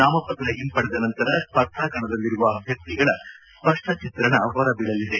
ನಾಮಪತ್ರ ಹಿಂಪಡೆದ ನಂತರ ಸ್ವರ್ಧಾ ಕಣದಲ್ಲಿರುವ ಅಭ್ಯರ್ಥಿಗಳ ಸ್ಪಷ್ಟ ಚಿತ್ರಣ ಹೊರಬೀಳಲಿದೆ